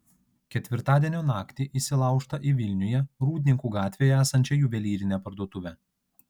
ketvirtadienio naktį įsilaužta į vilniuje rūdninkų gatvėje esančią juvelyrinę parduotuvę